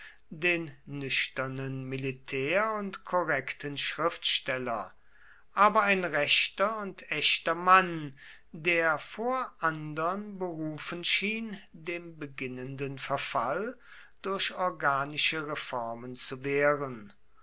den nüchternen militär und korrekten schriftsteller aber ein rechter und echter mann der vor andern berufen schien dem beginnenden verfall durch organische reformen zu wehren